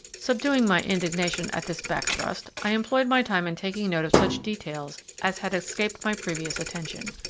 subduing my indignation at this back thrust, i employed my time in taking note of such details as had escaped my previous attention.